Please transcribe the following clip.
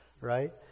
right